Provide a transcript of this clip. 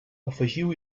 afegiu